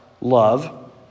love